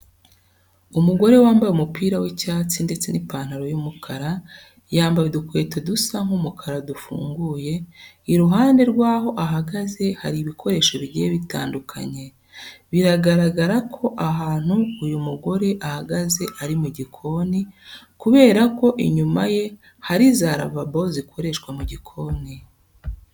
Umugore wambaye umupira w'icyatsi ndetse n'ipantaro y'umukara, yambaye udukweto dusa nk'umukara dufunguye, iruhande rwaho ahagaze hari ibikoresho bigiye bitandukanye. Biragaragara ko ahantu uyu mugore ahagaze ari mu gikoni kubera ko inyuma ye hari za ravabo zikoreshwa mu gikoni.